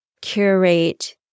curate